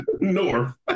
north